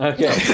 Okay